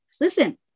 Listen